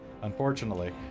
unfortunately